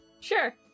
Sure